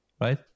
right